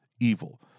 evil